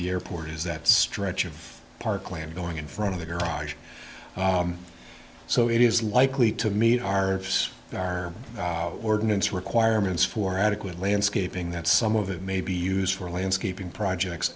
the airport is that stretch of parkland going in front of the garage so it is likely to meet harv's ordinance requirements for adequate landscaping that some of it may be used for landscaping projects